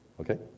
okay